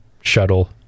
shuttle